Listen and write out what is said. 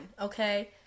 okay